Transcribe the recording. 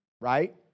right